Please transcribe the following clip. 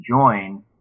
join